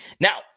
Now